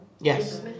Yes